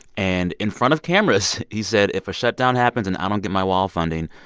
and in front of cameras, he said if a shutdown happens and i don't get my wall funding,